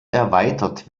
erweitert